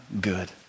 good